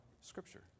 Scripture